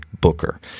Booker